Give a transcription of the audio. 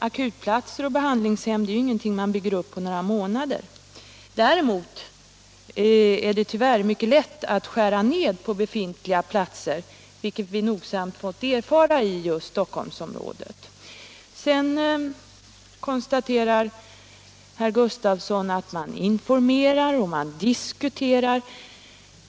Akutplatser och behandlingshem är ju ingenting som man bygger upp på några månader. Däremot är det tyvärr mycket lätt att skära ner på befintliga platser, vilket vi nogsamt fått erfara i just Stockholmsområdet. Herr Gustavsson konstaterar att man informerar och diskuterar.